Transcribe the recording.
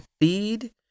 feed